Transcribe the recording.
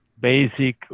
basic